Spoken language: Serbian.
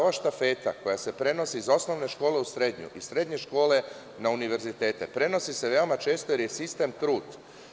Ova štafeta koja se prenosi iz osnovne škole u srednju, iz srednje na univerzitete, prenosi se veoma često jer je sistem trut.